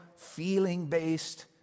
feeling-based